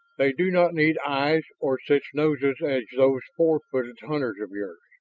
they do not need eyes or such noses as those four-footed hunters of yours.